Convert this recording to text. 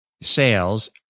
sales